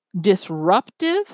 disruptive